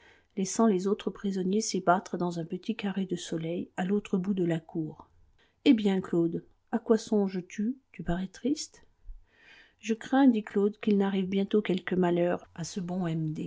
laissant les autres prisonniers s'ébattre dans un petit carré de soleil à l'autre bout de la cour hé bien claude à quoi songes-tu tu parais triste je crains dit claude qu'il n'arrive bientôt quelque malheur à ce bon